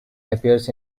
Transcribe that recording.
appears